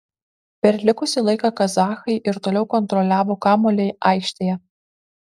per likusį laiką kazachai ir toliau kontroliavo kamuolį aikštėje